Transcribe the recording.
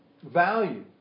value